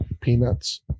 Peanuts